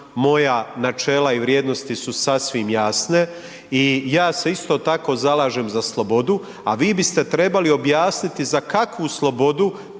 moja načela i vrijednosti su sasvim jasne i ja se isto tako zalažem da slobodu a vi biste trebali objasniti za kakvu slobodu